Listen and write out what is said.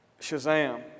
Shazam